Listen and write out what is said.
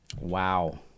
Wow